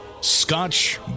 Scotch